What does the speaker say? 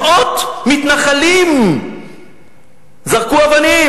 מאות מתנחלים זרקו אבנים.